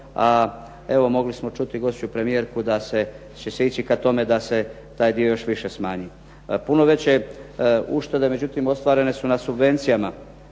a evo mogli smo čuti i gospođu premijerku da će se ići ka tome da se taj dio još više smanji. Puno veće uštede međutim ostvarene su na subvencijama